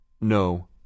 No